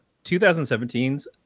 2017's